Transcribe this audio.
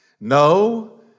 no